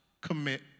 commit